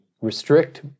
restrict